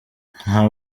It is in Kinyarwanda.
nta